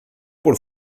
por